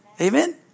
Amen